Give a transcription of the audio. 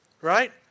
right